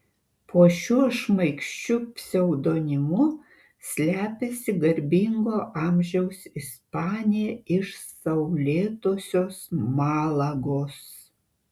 po šiuo šmaikščiu pseudonimu slepiasi garbingo amžiaus ispanė iš saulėtosios malagos